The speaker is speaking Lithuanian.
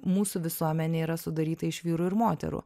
mūsų visuomenė yra sudaryta iš vyrų ir moterų